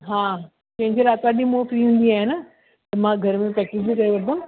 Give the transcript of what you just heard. हा छंछरु आरतवारु ॾींहुं मूं फ़्री हूंदी आहियां न त मां घर में प्रेक्टिस बि करे वठंदमि